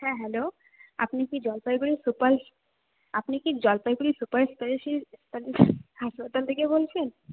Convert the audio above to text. হ্যাঁ হ্যালো আপনি কি জলপাইগুড়ি সুপারস আপনি কি জলপাইগুড়ি সুপার স্পেশালিটি হাসপাতাল থেকে বলছেন